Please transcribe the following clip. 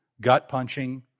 gut-punching